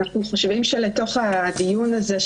אנחנו חושבים שבדיון הזה,